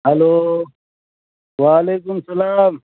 hello و علیکم السلام